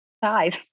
Five